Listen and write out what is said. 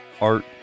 Art